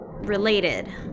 related